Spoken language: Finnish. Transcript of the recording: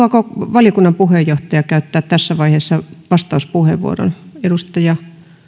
valiokunnan puheenjohtaja käyttää tässä vaiheessa vastauspuheenvuoron edustaja